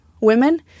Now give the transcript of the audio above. women